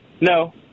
no